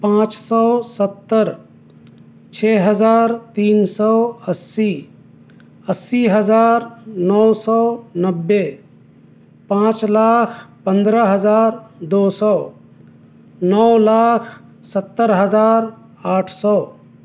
پانچ سو ستر چھ ہزار تین سو اسی اسی ہزار نو سو نوے پانچ لاکھ پندرہ ہزار دو سو نو لاکھ ستر ہزار آٹھ سو